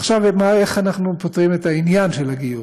עכשיו, איך אנחנו פותרים את העניין של הגיור?